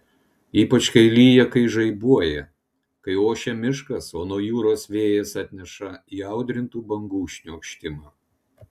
ypač kai lyja kai žaibuoja kai ošia miškas o nuo jūros vėjas atneša įaudrintų bangų šniokštimą